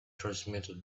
transmitted